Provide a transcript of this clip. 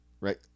Right